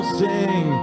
sing